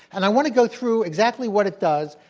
and i want to go through exactly what it does,